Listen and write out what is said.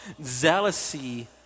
zealousy